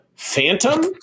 phantom